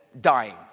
Dying